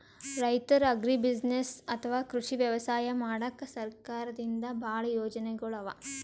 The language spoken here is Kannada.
ರೈತರ್ ಅಗ್ರಿಬುಸಿನೆಸ್ಸ್ ಅಥವಾ ಕೃಷಿ ವ್ಯವಸಾಯ ಮಾಡಕ್ಕಾ ಸರ್ಕಾರದಿಂದಾ ಭಾಳ್ ಯೋಜನೆಗೊಳ್ ಅವಾ